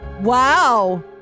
Wow